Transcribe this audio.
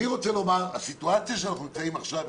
אני רוצה לומר שהסיטואציה שאנחנו נמצאים בה עכשיו,